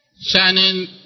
shining